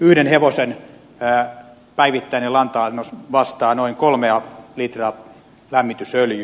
yhden hevosen päivittäinen lanta annos vastaa noin kolmea litraa lämmitysöljyä